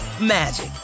magic